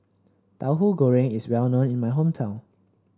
Tauhu Goreng is well known in my hometown